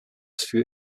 für